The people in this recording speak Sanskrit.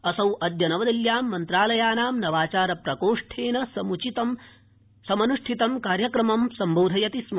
असौ अद्य नवदिल्यां मन्त्रालयानां नवाचार प्रकोष्ठेन समन्ष्ठितम् कार्यक्रमम् सम्बोधयति स्म